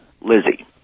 Lizzie